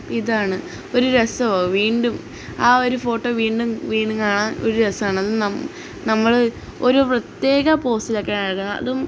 ഇതാണ് ഒരു രസമാണ് വീണ്ടും ആ ഒരു ഫോട്ടോ വീണ്ടും വീണ്ടും കാണാൻ ഒരു രസമാണ് അത് നമ്മൾ ഒരു പ്രത്യേക പോസ്സിലൊക്കെയാണ് എടുക്കുന്നത് അതും